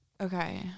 okay